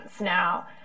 now